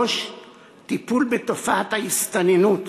3. טיפול בתופעת ההסתננות,